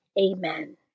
Amen